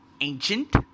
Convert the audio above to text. ancient